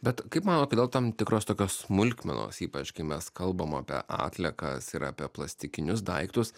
bet kaip manot kodėl tam tikros tokios smulkmenos ypač kai mes kalbam apie atliekas ir apie plastikinius daiktus